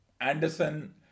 Anderson